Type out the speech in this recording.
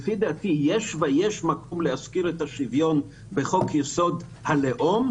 יש מקום להזכיר את השוויון בחוק יסוד הלאום,